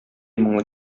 моңлы